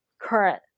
current